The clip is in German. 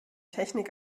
technik